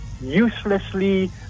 uselessly